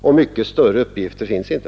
Och någon mycket större uppgift finns inte.